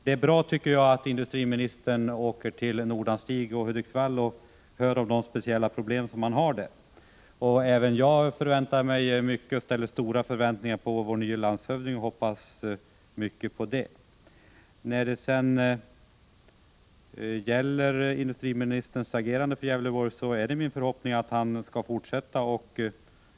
Det är bra att industriministern åker till Nordanstig och Hudiksvall och hör om de speciella problem man har där. Även jag ställer stora förväntningar på vår nye landshövding. När det sedan gäller industriministerns agerande i Gävleborg är det min förhoppning att han skall fortsätta med detta arbete.